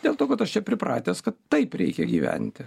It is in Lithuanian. dėl to kad aš čia pripratęs kad taip reikia gyventi